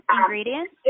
ingredients